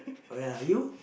oh ya you